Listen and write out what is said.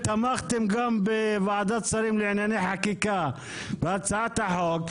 תמכתם גם בוועדת השרים לענייני חקיקה בהצעת החוק,